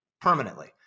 permanently